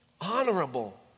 Honorable